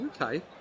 Okay